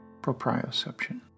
proprioception